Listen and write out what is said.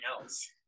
else